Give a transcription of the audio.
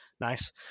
nice